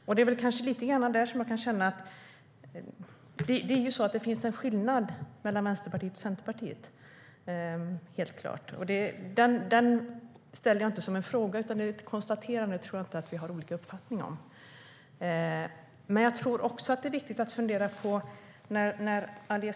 Men jag tror också att det är viktigt att fundera på andra saker.